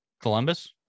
Columbus